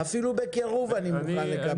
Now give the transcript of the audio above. אפילו בקירוב אני מוכן לקבל.